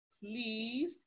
please